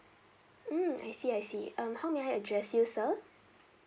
mm I see I see um how may I address you sir